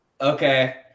Okay